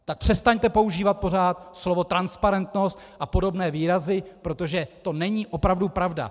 Tak přestaňte pořád používat slovo transparentnost a podobné výrazy, protože to není opravdu pravda.